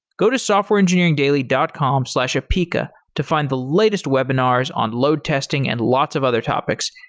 go to softwareengineeringdaily dot com slash apica to find the latest webinars on load testing and lots of other topics,